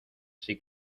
así